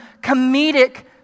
comedic